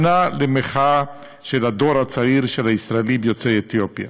שנה למחאה של הדור הצעיר של הישראלים יוצאי אתיופיה.